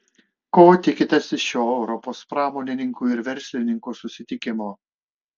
ko tikitės iš šio europos pramonininkų ir verslininkų susitikimo